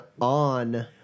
on